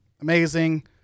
amazing